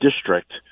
district